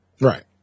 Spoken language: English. Right